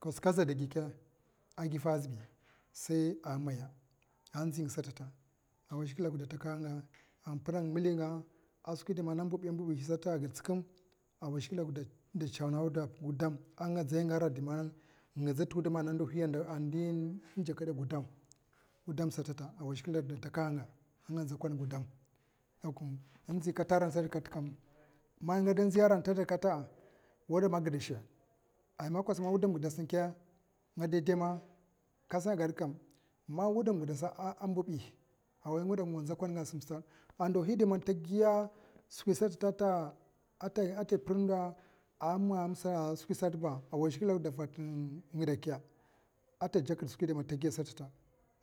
Kos kaz'ada gika igiva zibi sai a maya a nzinga sata zhikle a gadataka hanga a gada pirang millinga skwi indi mana mbibi mbibi a wai zhikle dok datsanga datsangaw dapa gudum anga nzai nga ara diman nga nza tuwudum ana ndihi ana ndi injaka ɗa gudam sasasta awai zhikle da takahanga a nzakwon gudam dakun inzi kata arasat katƙam ma ngude nzi a ra sata katkam wudum a gidasha a man ma wudum ingidashke ngadademe kasakam ma wudum ingidosa gi gmbili a wai ngagwada nzakwanga a simstad ndoli indi man ta giya skwisa satata ata pir ndo a ma skwis satata a wai zhikle da vata in gikakke a tajakda skwi indi man tagaya sata